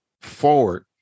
forward